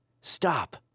Stop